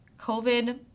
COVID